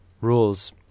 rules